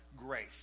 grace